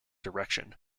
direction